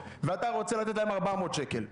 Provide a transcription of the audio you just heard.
ואתה רוצה לתת להם 400 שקלים.